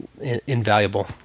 invaluable